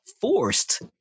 forced